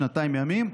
כשנתיים ימים,